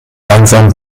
langsam